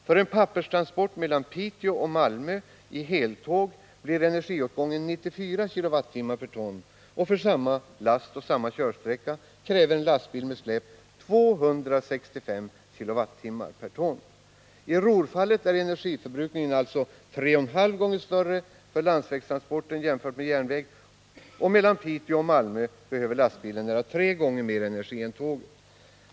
För en papperstransport mellan Piteå och Malmö — i heltåg — blir energiåtgången 94 kWh ton. I Ruhrfallet är energiförbrukningen alltså 3,5 gånger större för landsvägstransporten jämfört med järnvägstransporten, och mellan Piteå och Malmö behöver lastbilen nära tre gånger mer energi än tåget.